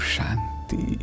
Shanti